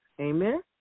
Amen